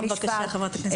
בבקשה, חברת הכנסת פרידמן.